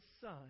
Son